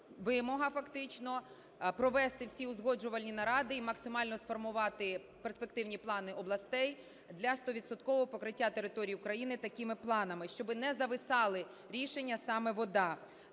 вимога, фактично, провести всі узгоджувальні наради і максимально сформувати перспективні плани областей для стовідсоткового покриття територій України такими планами. Щоби не зависали рішення саме в ОДА.